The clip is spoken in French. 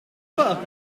pas